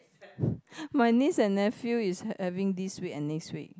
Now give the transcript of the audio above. my niece and nephew is having this week and next week